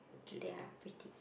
they are pretty